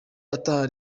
ataha